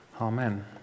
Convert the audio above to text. Amen